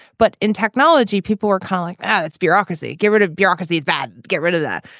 but in technology people are calling yeah it's bureaucracy. get rid of bureaucracy is bad get rid of that.